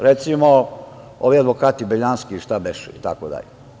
Recimo, ovi advokati Beljanski itd.